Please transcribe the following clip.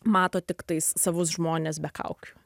mato tiktai savus žmones be kaukių